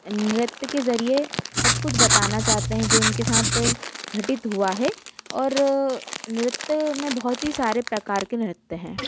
नृत्य के ज़रिए सब कुछ बताना चाहते है जो उनके साथ घटित हुआ है और नृत्य मे बहुत ही सारे प्रकार के नृत्य हैं